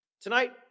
Tonight